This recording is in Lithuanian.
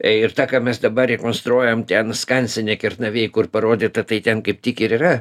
ir tą ką mes dabar rekonstruojam ten skansene kernavėj kur parodyta tai ten kaip tik ir yra